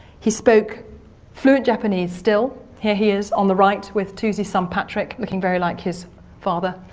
he spoke fluent japanese still here he is on the right with toosey's son patrick looking very like his father.